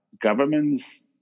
governments